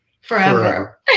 Forever